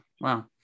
Wow